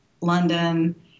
London